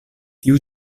tiu